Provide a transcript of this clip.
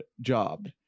job